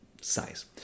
size